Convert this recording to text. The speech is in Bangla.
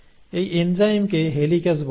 এই এনজাইমকে হেলিক্যাস বলা হয়